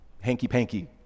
hanky-panky